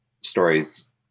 stories